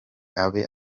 aba